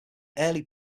early